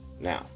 now